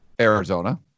Arizona